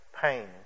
pain